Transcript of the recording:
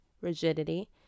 rigidity